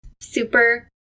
Super